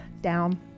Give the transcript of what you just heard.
down